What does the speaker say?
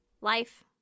life